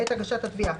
בעת הגשת התביעה,